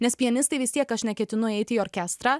nes pianistai vis tiek aš neketinu eiti į orkestrą